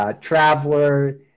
traveler